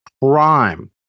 prime